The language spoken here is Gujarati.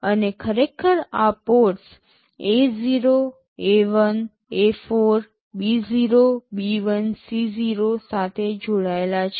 અને આ ખરેખર આ ports A0 A1 A4 B0 B1 C0 સાથે જોડાયેલા છે